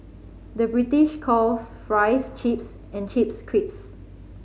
the British calls fries chips and chips crips